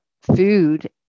food